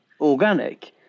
organic